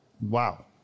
Wow